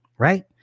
Right